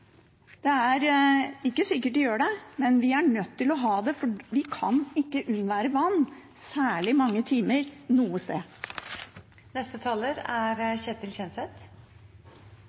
Det er ikke sikkert at de gjør det, men vi er nødt til å ha beredskap, for vi kan ikke unnvære vann i særlig mange timer noe